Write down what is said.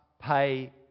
pay